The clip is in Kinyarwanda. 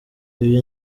ibyo